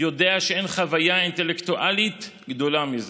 יודע שאין חוויה אינטלקטואלית גדולה מזו.